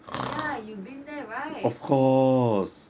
yeah you been there right